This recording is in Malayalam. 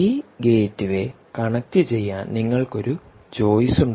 ഈ ഗേറ്റ്വേ കണക്റ്റുചെയ്യാൻ നിങ്ങൾക്ക് ഒരു ചോയ്സ് ഉണ്ട്